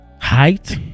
height